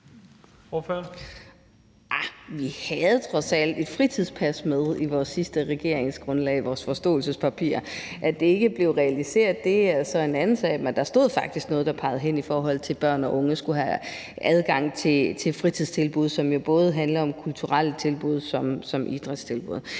vi havde trods alt et fritidspas med i vores regeringsgrundlag, vores forståelsespapir. At det ikke blev realiseret, er så en anden sag, men der stod faktisk noget, der pegede hen imod, at børn og unge skulle have adgang til fritidstilbud, som jo både handler om kulturelle tilbud og om idrætstilbud.